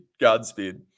Godspeed